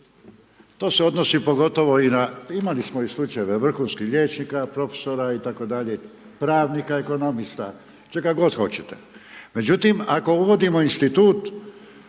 To se odnosi pogotovo i na, imali smo slučajeve vrhunskih liječnika, profesora itd., pravnika, ekonomista, čega god hoćete. Međutim, ako uvodimo institut